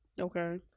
Okay